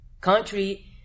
country